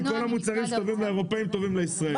כל המוצרים שטובים לאירופים טובים לישראלים.